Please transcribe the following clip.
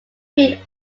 creed